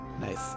Nice